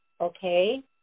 okay